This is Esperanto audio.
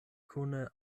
kune